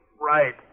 right